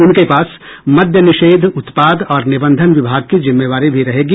उनके पास मद्य निषेध उत्पाद और निबंधन विभाग की जिम्मेवारी भी रहेगी